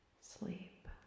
sleep